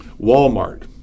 Walmart